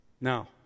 Now